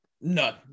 None